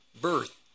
birth